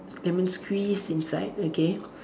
lemon squeezed inside okay